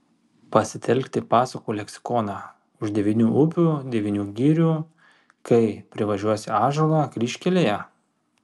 pasitelkti pasakų leksikoną už devynių upių devynių girių kai privažiuosi ąžuolą kryžkelėje